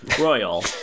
Royal